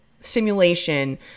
simulation